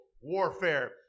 warfare